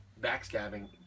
backstabbing